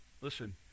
Listen